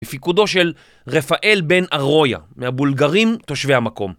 בפיקודו של רפאל בן ארויה מהבולגרים תושבי המקום